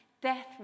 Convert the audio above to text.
death